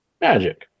magic